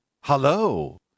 hello